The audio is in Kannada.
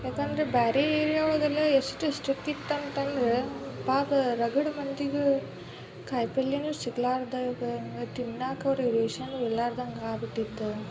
ಯಾಕಂದರೆ ಬೇರೆ ಏರ್ಯಾ ಒಳಗೆ ಎಲ್ಲ ಎಷ್ಟು ಸ್ಟ್ರಿಕ್ಟ್ ಇತ್ತು ಅಂತಂದ್ರೆ ಪಾಪ ರಗಡ್ ಮಂದಿಗೆ ಕಾಯಿ ಪಲ್ಯವೂ ಸಿಗಲಾರ್ದೆ ತಿನ್ನಕ್ಕೂ ರೇಷನ್ ಇರ್ಲಾರ್ದಂಗೆ ಆಗ್ಬುಟ್ಟಿತ್ತು